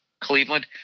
Cleveland